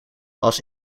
als